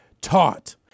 taught